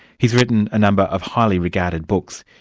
he's written a number of highly regarded books,